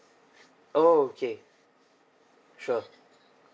oh okay sure